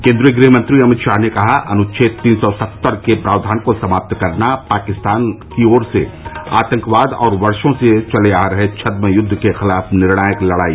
केन्द्रीय गृहमंत्री अमित शाह ने कहा अनुच्छेद तीन सौ सत्तर के प्रावधान को समाप्त करना पाकिस्तान की ओर से आतंकवाद और वर्षों से चले आ रहे छद्म युद्व के खिलाफ निर्णायक लड़ाई